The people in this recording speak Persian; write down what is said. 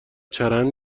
چرند